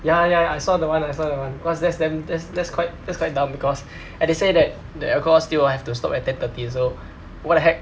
ya ya I saw that [one] I saw that [one] cause that's damn that's that's quite that's quite dumb because and they say that the alcohol still have to stop at ten thirty so what the heck